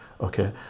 okay